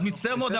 אני מצטער מאוד,